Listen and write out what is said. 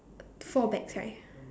four bags right